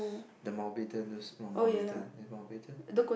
the Mountbatten the small Mountbatten in Mountbatten